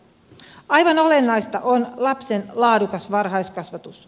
aivan olennaista on lapsen laadukas varhaiskasvatus